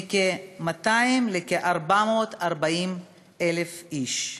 מכ-200,000 לכ-440,000 איש.